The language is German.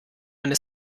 eine